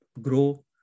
grow